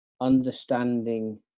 understanding